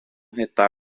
heta